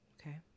okay